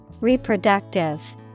Reproductive